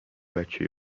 بچه